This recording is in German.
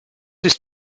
ist